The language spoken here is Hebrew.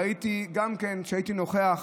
ראיתי גם כשהייתי נוכח,